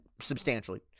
substantially